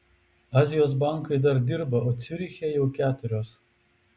azijos bankai dar dirba o ciuriche jau keturios